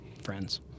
friends